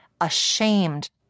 ashamed